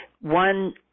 one